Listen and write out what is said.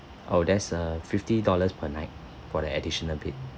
oh there's a fifty dollars per night for the additional bed